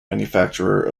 manufacturer